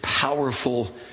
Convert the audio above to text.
powerful